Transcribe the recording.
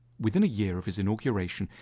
within a year of his inauguration,